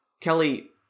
Kelly